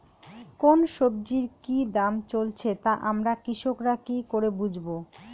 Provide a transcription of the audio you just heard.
কোন সব্জির কি দাম চলছে তা আমরা কৃষক রা কি করে বুঝবো?